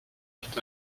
est